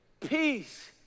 Peace